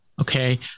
Okay